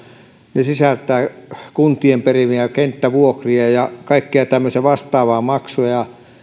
ne sisältävät kuntien perimiä kenttävuokria ja kaikkia tämmöisiä vastaavia maksuja